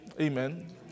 amen